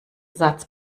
satz